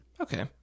Okay